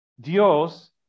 Dios